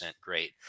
great